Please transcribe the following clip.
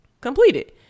Completed